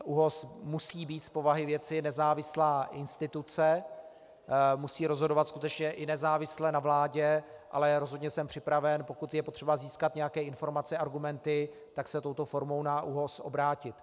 ÚOHS musí být z povahy věci nezávislá instituce, musí rozhodovat skutečně i nezávisle na vládě, ale rozhodně jsem připraven, pokud je potřeba získat nějaké informace a argumenty, se touto formou na ÚOHS obrátit.